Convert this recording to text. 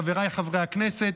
חבריי חברי הכנסת,